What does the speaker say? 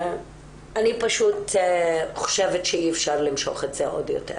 אני פשוט חושבת שאי אפשר למשוך את זה עוד יותר